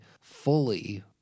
fully